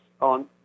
on